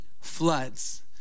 Floods